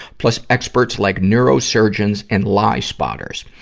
plus experts like neurosurgeons and lie spotters.